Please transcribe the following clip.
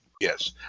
Yes